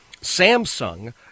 samsung